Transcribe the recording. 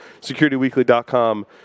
securityweekly.com